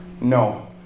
No